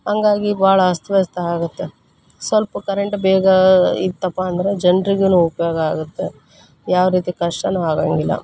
ಹಂಗಾಗಿ ಭಾಳ ಅಸ್ತವ್ಯಸ್ತ ಆಗುತ್ತೆ ಸ್ವಲ್ಪ ಕರೆಂಟ್ ಬೇಗ ಇತ್ತಪ್ಪ ಅಂದ್ರ ಜನರಿಗೂನು ಉಪಯೋಗ ಆಗುತ್ತೆ ಯಾವ ರೀತಿ ಕಷ್ಟನೂ ಆಗಂಗಿಲ್ಲ